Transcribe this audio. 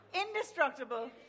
indestructible